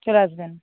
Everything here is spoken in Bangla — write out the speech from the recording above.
চলে আসবেন